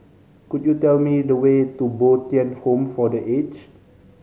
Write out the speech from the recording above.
could you tell me the way to Bo Tien Home for The Aged